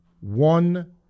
One